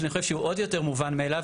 שאני חושב שהוא עוד יותר מובן מאליו,